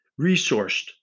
resourced